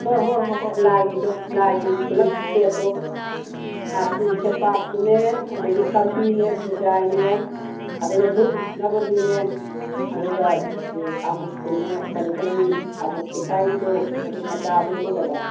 ꯍꯣꯏ ꯍꯣꯏ ꯍꯣꯏ ꯍꯣꯏ ꯂꯥꯏꯒꯤꯗꯣ ꯂꯥꯏꯒꯤ ꯄꯨꯂꯞ ꯁꯦꯠꯇꯣ ꯅꯥꯄꯤ ꯁꯦꯝꯄꯥꯛꯇꯨꯅꯦ ꯑꯗꯒꯤ ꯀꯝꯕꯤꯅꯦ ꯈꯨꯖꯥꯏꯅꯦ ꯑꯗꯨꯒ ꯗꯨꯛ ꯌꯨꯡꯅꯕꯗꯨꯅꯦ ꯑꯗꯨꯒ ꯎꯝ ꯁꯥꯃꯨꯛꯇꯨꯅꯦ ꯀꯩꯅꯣ ꯑꯩꯈꯣꯏꯒꯤ ꯁꯥꯃꯨꯛ ꯄꯤꯊ꯭ꯔꯥꯏꯒꯤꯗꯣ ꯑꯗꯨ ꯃꯆꯥꯗꯨꯃꯒꯗ